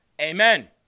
Amen